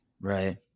Right